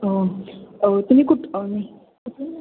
हो तुम्ही कुठ कुठून